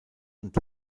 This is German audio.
und